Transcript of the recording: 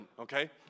Okay